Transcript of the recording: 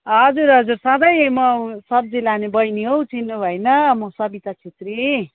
हजुर हजुर सधैँ म सब्जी लाने बैनी हौ चिन्नुभएन म सरिता छेत्री